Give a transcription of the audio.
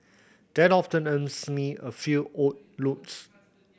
that often earns me a few odd looks